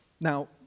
Now